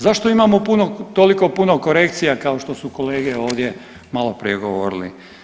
Zašto imamo toliko puno korekcija, kao što su kolege ovdje maloprije govorili?